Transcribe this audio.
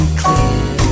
clear